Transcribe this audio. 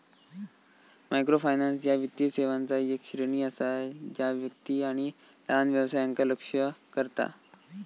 microfinance ह्या वित्तीय सेवांचा येक श्रेणी असा जा व्यक्ती आणि लहान व्यवसायांका लक्ष्य करता